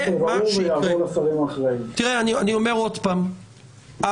אני אומר עוד פעם,